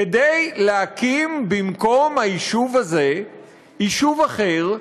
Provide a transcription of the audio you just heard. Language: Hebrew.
כדי להקים במקום היישוב הזה ישוב אחר,